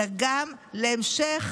אלא גם להמשך